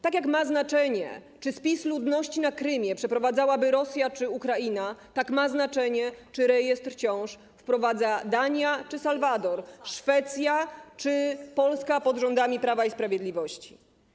Tak jak ma znaczenie, czy spis ludności na Krymie przeprowadzałaby Rosja czy Ukraina, tak ma znaczenie, czy rejestr ciąż wprowadza Dania czy Salwador, Szwecja czy Polska pod rządami Prawa i Sprawiedliwości.